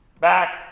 Back